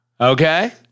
Okay